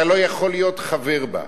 אתה לא יכול להיות חבר בה.